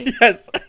Yes